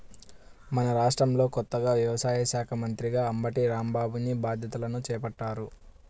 మన రాష్ట్రంలో కొత్తగా వ్యవసాయ శాఖా మంత్రిగా అంబటి రాంబాబుని బాధ్యతలను చేపట్టారు